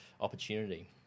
opportunity